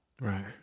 Right